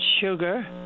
sugar